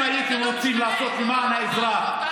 אם הייתם רוצים לעשות למען האזרח,